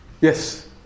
Yes